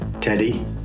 Teddy